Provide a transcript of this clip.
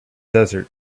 desert